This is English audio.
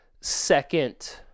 second